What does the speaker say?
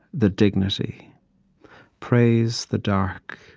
the dignity praise the dark,